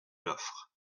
l’offre